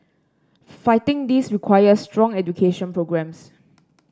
fighting this requires strong education programmes